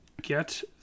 Get